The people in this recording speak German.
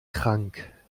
krank